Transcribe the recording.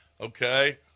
Okay